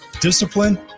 discipline